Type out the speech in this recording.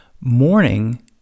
morning